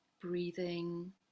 breathing